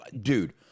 Dude